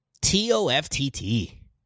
T-O-F-T-T